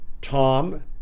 tom